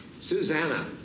Susanna